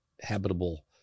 habitable